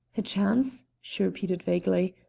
a chance? she repeated vaguely,